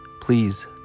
please